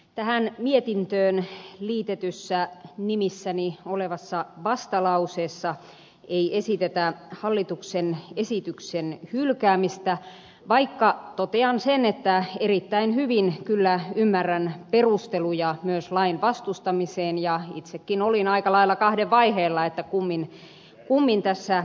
tähän mietintöön liitetyssä nimissäni olevassa vastalauseessa ei esitetä hallituksen esityksen hylkäämistä vaikka totean sen että erittäin hyvin kyllä ymmärrän perusteluja myös lain vastustamiseen ja itsekin olin aika lailla kahden vaiheilla kummin tässä tekisin